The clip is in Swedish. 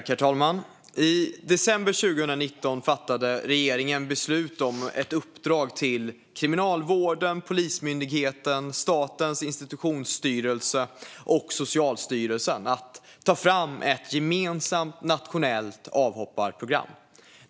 Herr talman! I december 2019 fattade regeringen beslut om ett uppdrag till Kriminalvården, Polismyndigheten, Statens institutionsstyrelse och Socialstyrelsen att ta fram ett gemensamt nationellt avhopparprogram.